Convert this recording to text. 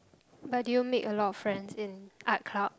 but do you make a lot of friends in art